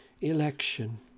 election